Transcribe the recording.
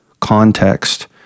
context